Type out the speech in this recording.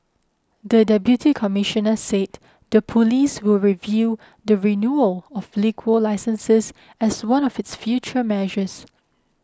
the Deputy Commissioner said the police will review the renewal of liquor licences as one of its future measures